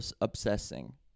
obsessing